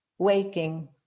Waking